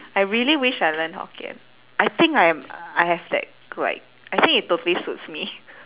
I really wished I learnt hokkien I think I am I have that like I think it totally suits me